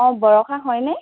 অঁ বৰষা হয়নে